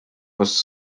was